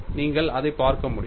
நீங்கள் அதைப் பார்க்க முடியும்